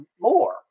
more